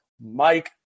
Mike